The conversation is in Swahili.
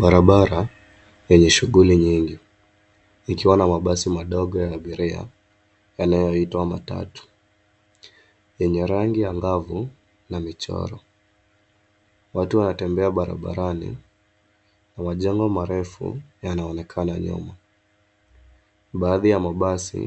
Barabara yenye shughuli nyingi likiwa na mabasi madogo ya abiria yanayoitwa matatu yenye rangi angavu ya michoro .Watu wanatembea barabarani na majengo marefu yanaonekana nyuma. Baadhi ya mabasi